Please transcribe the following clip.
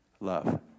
love